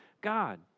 God